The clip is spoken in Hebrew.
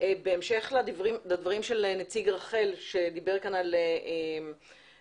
בהמשך לדבריו של נציג רח"ל שדיבר כאן על ההיערכות